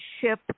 ship